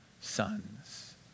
sons